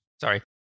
sorry